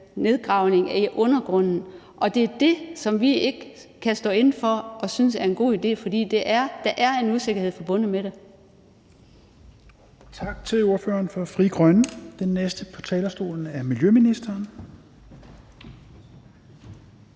nedgravning i undergrunden. Og det er det, som vi ikke kan stå inde for og synes er en god idé, for der er en usikkerhed forbundet med det.